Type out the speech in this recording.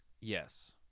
Yes